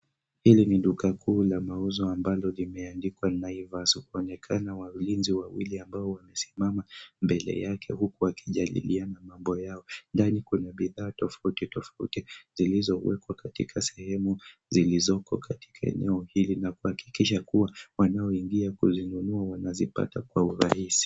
Hili ni duka kuu la mauzo ambalo limeandikwa Naivas , ukionekana walinzi wawili ambao wamesimama mbele yake huku wakijadiliana mambo yao. Ndani kuna bidhaa tofauti tofauti zilizowekwa katika sehemu zilizoko katika eneo hili na kuhakikisha kuwa wanaoingia kulinunua wanazipata kwa urahisi.